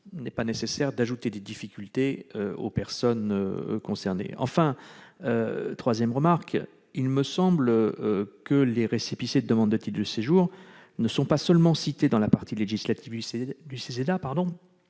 il n'est pas nécessaire d'ajouter des difficultés aux personnes concernées. En troisième lieu, enfin, il me semble que le récépissé de demande de titre de séjour n'est pas seulement cité dans la partie législative du Ceseda, il